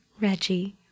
Reggie